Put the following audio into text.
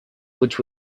which